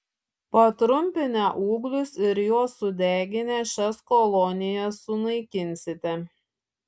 patrumpinę ūglius ir juos sudeginę šias kolonijas sunaikinsite